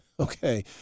Okay